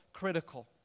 Critical